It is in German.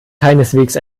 keineswegs